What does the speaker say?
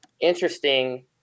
interesting